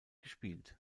gespielt